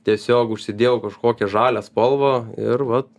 tiesiog užsidėjau kažkokią žalią spalvą ir vat